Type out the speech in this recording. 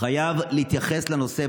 אבל חייבים להתייחס לנושא,